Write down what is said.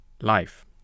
life